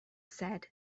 said